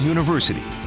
University